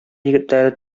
егетләре